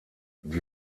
die